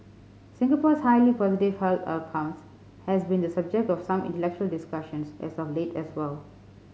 Singapore's highly positive health outcomes has been the subject of some intellectual discussions as of late as well